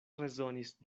rezonis